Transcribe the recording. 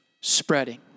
spreading